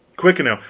quick, now,